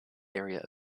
area